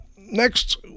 Next